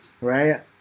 right